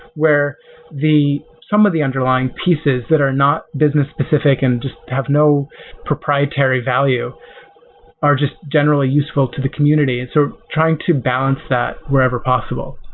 where some of the underlying pieces that are not business specific and just have no proprietary value are just generally useful to the community. and so trying to balance that wherever possible,